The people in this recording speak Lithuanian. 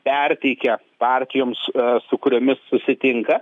perteikia partijoms su kuriomis susitinka